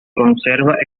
conserva